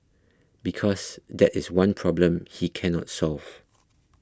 because that is one problem he cannot solve